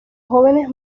jóvenes